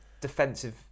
defensive